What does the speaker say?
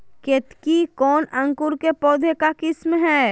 केतकी कौन अंकुर के पौधे का किस्म है?